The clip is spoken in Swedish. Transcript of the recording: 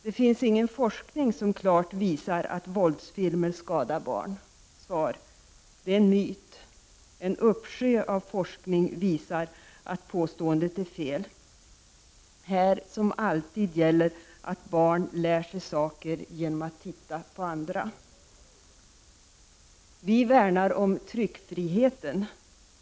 Det finns ingen forskning som klart visar att våldsfilmer skadar barn. Svar: Det är en myt. En uppsjö av forskning visar att påståendet är fel. Här som alltid gäller att barn lär sig saker genom att titta på andra. Vi värnar om tryckfriheten.